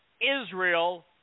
Israel